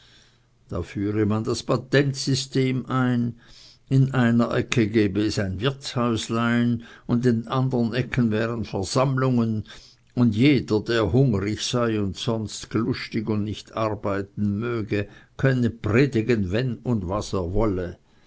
da führe man das patentsystem ein in einer ecke gebe es ein wirtshäuslein und in den andern ecken wären versammlungen und jeder der hungrig sei und sonst glustig und nicht arbeiten möge könne predigen wenn und was er wolle